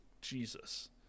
Jesus